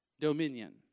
dominion